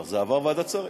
אבל זה עבר ועדת שרים.